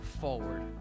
forward